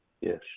Yes